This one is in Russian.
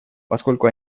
поскольку